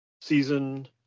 season